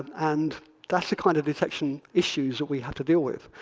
and that's the kind of detection issues that we have to deal with.